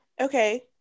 Okay